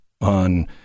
on